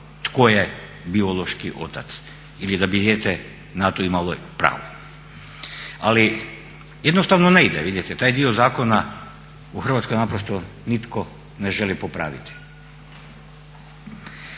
tko je biološki otac ili da bi dijete na to imalo pravo. Ali, jednostavno ne ide. Vidite, taj dio zakona u Hrvatskoj naprosto nitko ne želi popraviti.